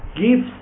gives